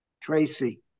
Tracy